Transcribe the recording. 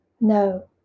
No